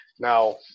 Now